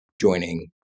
joining